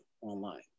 online